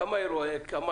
כמה